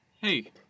Hey